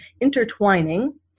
intertwining